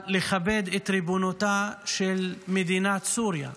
תכבד את ריבונותה של מדינת סוריה.